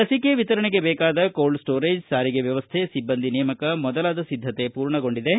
ಲಸಿಕೆ ವಿತರಣೆಗೆ ಬೇಕಾದ ಕೋಲ್ಡ್ ಸ್ವೋರೇಜ್ ಸಾರಿಗೆ ವ್ಯವಸ್ಟೆ ಸಿಬ್ಬಂದಿ ನೇಮಕ ಮೊದಲಾದ ಸಿದ್ದತೆ ಪೂರ್ಣಗೊಂಡಿವೆ